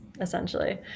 essentially